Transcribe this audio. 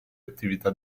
attività